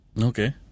Okay